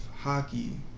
Hockey